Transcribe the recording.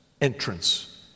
entrance